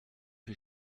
für